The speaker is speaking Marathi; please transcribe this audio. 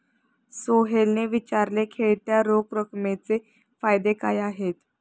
सोहेलने विचारले, खेळत्या रोख रकमेचे फायदे काय आहेत?